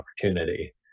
opportunity